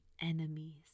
enemies